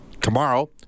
Tomorrow